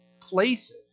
places